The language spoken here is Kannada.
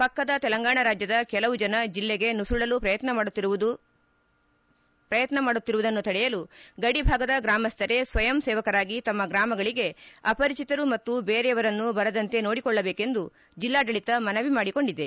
ಪಕ್ಕದ ತೆಲಂಗಾಣ ರಾಜ್ಯದ ಕೆಲವು ಜನ ಜಿಲ್ಲೆಗೆ ಹುಸುಳಲು ಪ್ರಯತ್ನ ಮಾಡುತ್ತಿರುವುದನ್ನು ತಡೆಯಲು ಗಡಿ ಭಾಗದ ಗ್ರಾಮಸ್ಥರೆ ಸ್ವಯಂ ಸೇವಕರಾಗಿ ತಮ್ಮ ಗ್ರಾಮಗಳಿಗೆ ಅಪರಿಚತರು ಮತ್ತು ಬೇರೆಯವರನ್ನು ಬರದಂತೆ ನೋಡಿಕೊಳ್ಳಬೇಕೆಂದು ಜಿಲ್ಲಾಡಳಿತ ಮನವಿ ಮಾಡಿಕೊಂಡಿದೆ